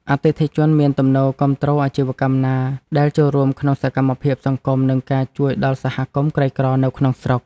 អតិថិជនមានទំនោរគាំទ្រអាជីវកម្មណាដែលចូលរួមក្នុងសកម្មភាពសង្គម និងការជួយដល់សហគមន៍ក្រីក្រនៅក្នុងស្រុក។